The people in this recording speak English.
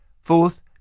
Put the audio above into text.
Fourth